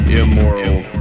immoral